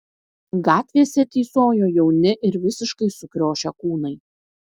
gatvėse tysojo jauni ir visiškai sukriošę kūnai